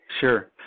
Sure